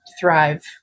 thrive